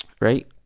right